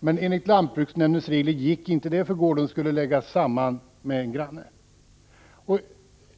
Men enligt lantbruksnämndens regler gick inte detta, för gården skulle läggas samman med en granngård.